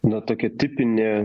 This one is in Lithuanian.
na tokia tipinė